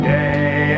day